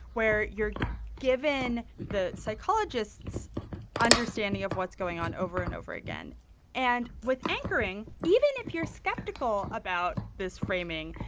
where you're given the psychologist's understanding of what's going on, over and over again and with anchoring, even if you're skeptical about this framing,